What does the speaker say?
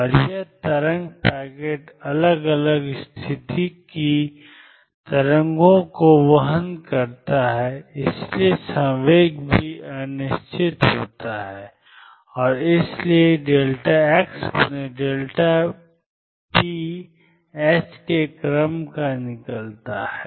और यह तरंग पैकेट अलग अलग स्थिति की तरंगों को वहन करता है इसलिए संवेग भी अनिश्चित होता है और इसलिए xp h के क्रम का निकलता है